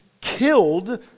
killed